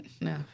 no